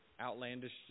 outlandish